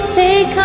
take